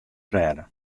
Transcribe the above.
rêde